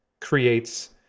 creates